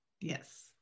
Yes